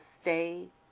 stay